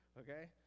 okay